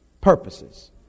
purposes